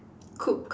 cook